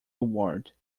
reward